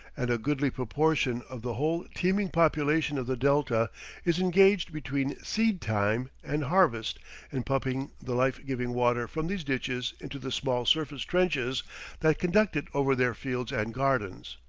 and a goodly proportion of the whole teeming population of the delta is engaged between seed-time and harvest in pumping the life-giving water from these ditches into the small surface trenches that conduct it over their fields and gardens.